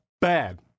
bad